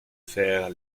faire